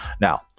Now